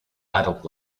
adult